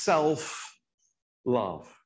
Self-love